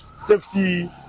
Safety